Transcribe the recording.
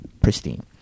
pristine